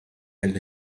mill